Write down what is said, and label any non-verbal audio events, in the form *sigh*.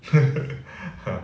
*laughs* ha